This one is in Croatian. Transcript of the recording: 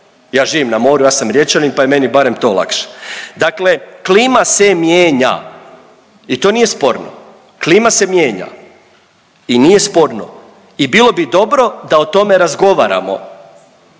Ja živim na moru, ja sam Riječanin, pa je meni barem to lakše. Dakle, klima se mijenja i to nije sporno, klima se mijenja i nije sporno i bilo bi dobro da o tome razgovaramo,